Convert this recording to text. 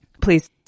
please